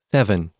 Seven